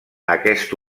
aquest